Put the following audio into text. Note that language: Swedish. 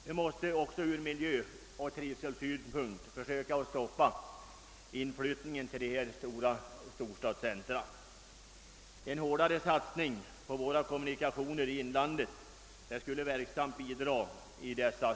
Vi måste också ur miljöoch trivselsynpunkt försöka stoppa inflyttningen till storstadsområdena, och en hårdare satsning på kommunikationerna i inlandet skulle verksamt bidra till detta.